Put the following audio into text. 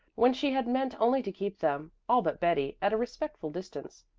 when she had meant only to keep them all but betty at a respectful distance.